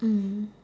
mm